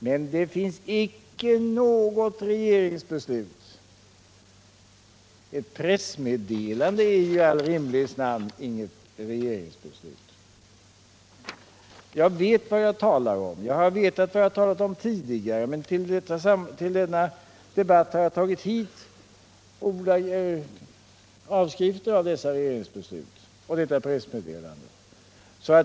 Men det finns icke något regeringsbeslut. Ett pressmeddelande är ju i all rimlighets namn inget regeringsbeslut! Jag vet vad jag talar om, och jag vet vad jag har talat om tidigare. Till denna debatt har jag tagit med avskrifter av regeringsbesluten och pressmeddelandena.